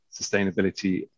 sustainability